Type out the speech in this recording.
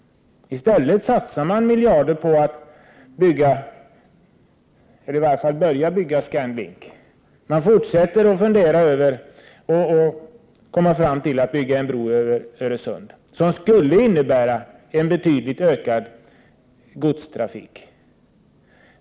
I stället satsar man miljarder på att bygga eller åtminstone börja bygga Scan Link, och man fortsätter att fundera över och kommer fram till att bygga en bro över Öresund, som skulle innebära en kraftigt ökad godstrafik.